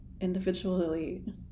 individually